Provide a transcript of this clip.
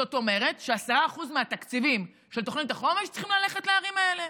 זאת אומרת ש-10% מהתקציבים של תוכנית החומש צריכים ללכת לערים האלה.